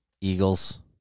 Eagles